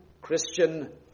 Christian